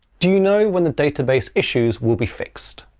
do you know when the database issues will be fixed?